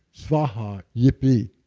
svaha yippee.